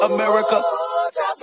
America